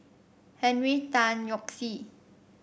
Henry Tan Yoke See